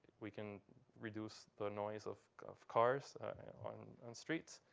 we can reduce the noise of of cars on and streets.